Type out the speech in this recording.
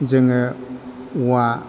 जोङो औवा